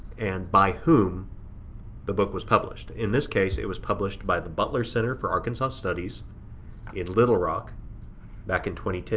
and by whom the book was published. in this case, it was published by the butler center for arkansas studies in little rock back in two